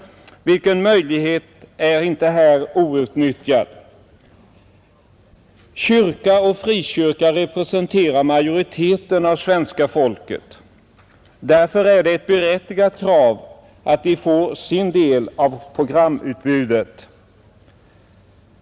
Vilka möjligheter är inte här outnyttjade! Kyrkan och frikyrkorna representerar majoriteten av svenska folket. Det är därför ett berättigat krav att de får sin del av programutbudet.